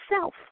self